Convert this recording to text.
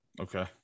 okay